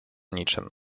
niczym